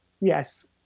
yes